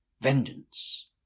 vengeance